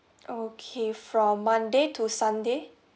okay from monday to sunday